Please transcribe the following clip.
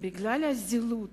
בגלל הזילות,